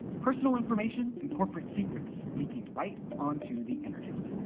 personal information and corporate secrets leaking right onto the internet.